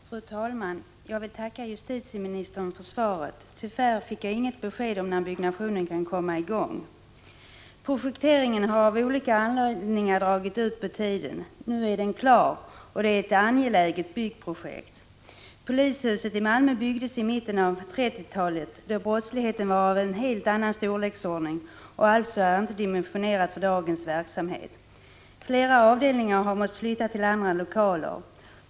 Fru talman! Jag vill tacka justitieministern för svaret. Tyvärr fick jag inget besked om när byggnationen kan komma i gång. Projekteringen har av olika anledningar dragit ut på tiden. Nu är den klar, och det är ett angeläget byggprojekt. Polishuset i Malmö byggdes i mitten av 1930-talet, då brottsligheten var av en helt annan storleksordning, och är alltså inte dimensionerat för dagens verksamhet. Flera avdelningar har måst flytta till andra lokaler.